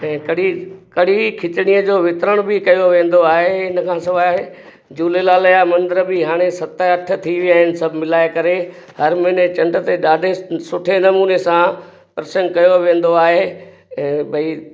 ऐं कढ़ी कढ़ी खिचड़ीअ जो वितरण बि कयो वेंदो आहे इनखां सवाइ झूलेलाल जा मंदर बि हाणे सत अठ थी विया आहिनि सभु मिलाए करे हर महीने चंड ते ॾाढे सुठे नमुने सां सत्संगु कयो वेंदो आहे ऐं भई